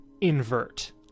invert